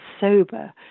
sober